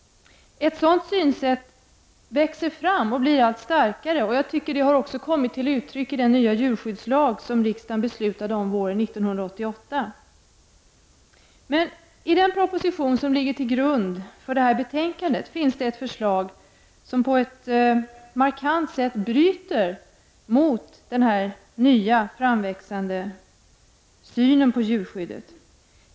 Ett sådant synsätt växer fram och blir allt starkare, och det har också kommit till uttryck i den nya djurskyddslag som riksdagen beslutade om våren 1988. Men i den proposition som ligger till grund för det betänkande som vi diskuterar nu finns ett förslag som på ett markant sätt bryter mot den nya framväxande synen på djurskyddet.